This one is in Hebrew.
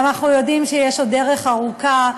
אנחנו יודעים שיש עוד דרך ארוכה,